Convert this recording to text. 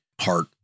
heart